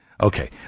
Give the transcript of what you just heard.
Okay